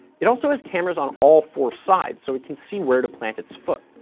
it also has cameras on all four sides, so it can see where to plant its foot.